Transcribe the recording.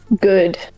Good